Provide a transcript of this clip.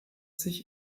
sich